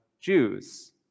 Jews